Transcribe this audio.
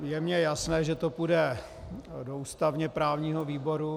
Je mně jasné, že to půjde do ústavněprávního výboru.